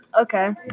Okay